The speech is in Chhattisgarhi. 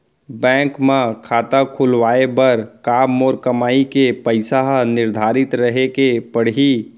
बैंक म खाता खुलवाये बर का मोर कमाई के पइसा ह निर्धारित रहे के पड़ही?